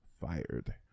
fired